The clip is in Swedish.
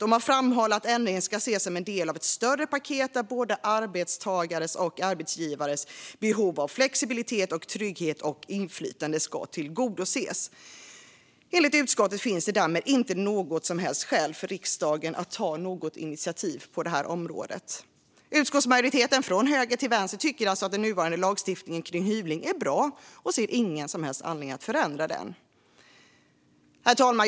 Utskottet framhåller även att "ändringen ska ses som en del av ett större paket där både arbetstagares och arbetsgivares behov av flexibilitet, trygghet och inflytande ska tillgodoses". Enligt utskottet finns det därmed inte något som helst skäl för riksdagen att ta initiativ på området. Utskottsmajoriteten, från höger till vänster, tycker alltså att den nuvarande lagstiftningen kring hyvling är bra och ser ingen anledning att förändra regelverket. Herr talman!